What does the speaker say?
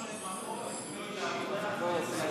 זה שאביגדור ליברמן הפך למאור מפלגת העבודה.